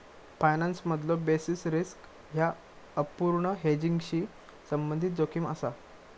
फायनान्समधलो basis risk ह्या अपूर्ण हेजिंगशी संबंधित जोखीम असा